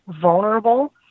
vulnerable